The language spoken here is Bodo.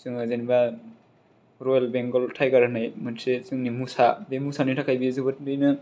जोङो जेनबा रयेल बेंगल टाइगार होन्नाय मोनसे जोंनि मोसा बे मोसानि थाखाय बेयो जोबोरैनो